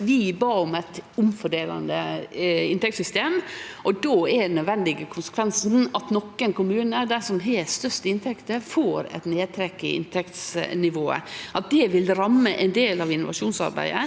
Vi bad om eit omfordelande inntektssystem, og då er nødvendigvis konsekvensen at nokre kommunar, dei som har dei største inntektene, får eit nedtrekk i inntektsnivået. At det vil ramme ein del av innovasjonsarbeidet,